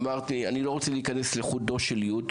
אמרתי שאני לא רוצה לעמוד על קוצו של יו"ד,